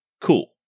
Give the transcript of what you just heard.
Cool